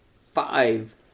five